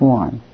one